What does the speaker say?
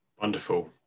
Wonderful